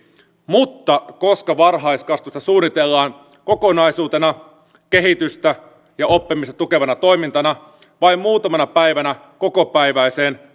mutta koska varhaiskasvatusta suunnitellaan kokonaisuutena kehitystä ja oppimista tukevana toimintana vain muutamana päivänä kokopäiväiseen